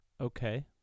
Okay